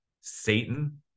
Satan